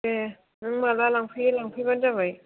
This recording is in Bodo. दे नों माला लांफैयो लांफैब्लानो जाबाय